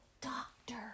doctor